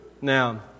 Now